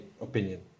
opinion